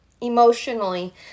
emotionally